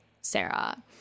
Sarah